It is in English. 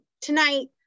tonight